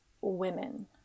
women